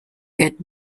get